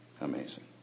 Amazing